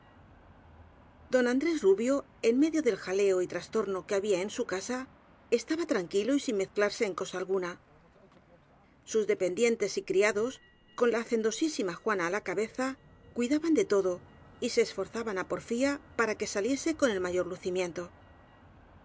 don andrés rubio en medio del jaleo y tras torno que había en su casa estaba tranquilo sin mezclarse en cosa alguna sus dependientes y cria dos con la hacendosísima juana á la cabeza cuida ban de todo y se esforzaban á porfía para que sa liese con el mayor lucimiento